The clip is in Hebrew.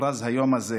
הוכרז היום הזה